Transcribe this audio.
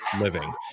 living